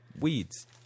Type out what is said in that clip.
weeds